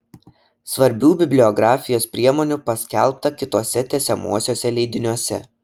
svarbių bibliografijos priemonių paskelbta kituose tęsiamuosiuose leidiniuose